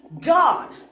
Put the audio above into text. God